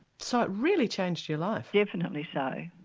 so it really changed your life. definitely so,